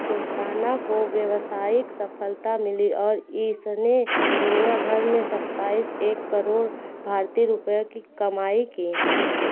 दोस्ताना को व्यावसायिक सफलता मिली और इसने दुनिया भर में सत्ताईस एक करोड़ भारतीय रुपयों की कमाई की